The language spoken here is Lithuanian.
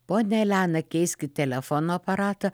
ponia elena keiskit telefono aparatą